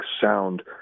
sound